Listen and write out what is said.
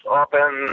open